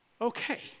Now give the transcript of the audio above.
okay